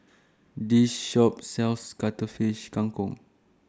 This Shop sells Cuttlefish Kang Kong